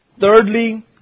Thirdly